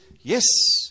Yes